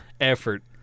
effort